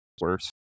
worse